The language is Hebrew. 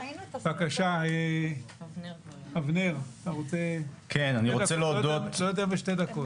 בבקשה, אבנר, לא יותר משתי דקות.